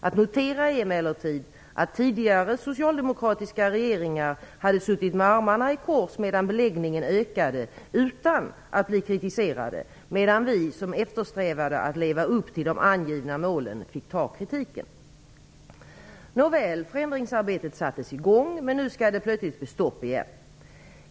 Att notera är emellertid att tidigare socialdemokratiska regeringar hade suttit med armarna i kors medan beläggningen ökade, utan att bli kritiserade, medan vi som eftersträvade att leva upp till de angivna målen fick ta kritiken. Nåväl, förändringsarbetet sattes i gång. Men nu skall det plötsligt bli stopp igen.